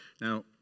Now